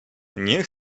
nie